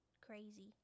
crazy